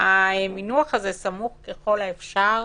המינוח הזה "סמוך ככל האפשר"